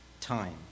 time